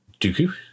Dooku